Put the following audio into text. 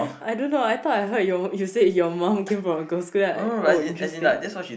I don't know I thought I heard you say your mom came from a girl school then I like oh interesting